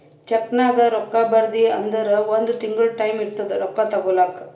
ಚೆಕ್ನಾಗ್ ರೊಕ್ಕಾ ಬರ್ದಿ ಅಂದುರ್ ಒಂದ್ ತಿಂಗುಳ ಟೈಂ ಇರ್ತುದ್ ರೊಕ್ಕಾ ತಗೋಲಾಕ